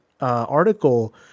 article